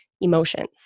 emotions